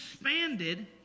expanded